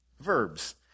Verbs